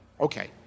Okay